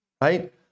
right